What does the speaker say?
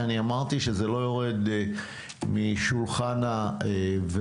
אני אמרתי שזה לא יורד משולחן הוועדה,